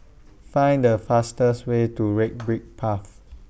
Find The fastest Way to Red Brick Path